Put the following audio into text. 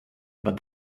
but